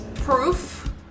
proof